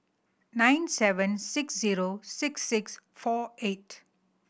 nine seven six zero six six four eight